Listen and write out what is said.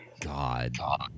God